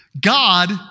God